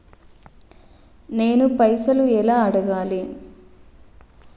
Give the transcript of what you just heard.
నేను పైసలు ఎలా అడగాలి?